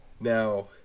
now